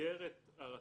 במסגרת הרצון,